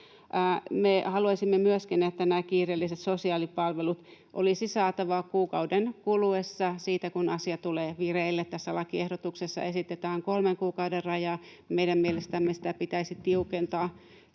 haluaisimme myöskin, että nämä kiireelliset sosiaalipalvelut olisi saatava kuukauden kuluessa siitä, kun asia tulee vireille. Tässä lakiehdotuksessa esitetään kolmen kuukauden rajaa; meidän mielestämme sitä pitäisi tiukentaa